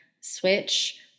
switch